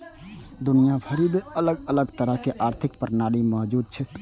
दुनिया भरि मे अलग अलग तरहक आर्थिक प्रणाली मौजूद छै